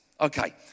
okay